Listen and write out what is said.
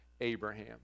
Abraham